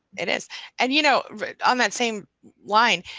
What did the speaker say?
it is and you know on that same line,